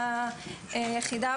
היחידה,